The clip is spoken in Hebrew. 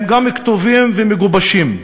הם גם כתובים ומגובשים,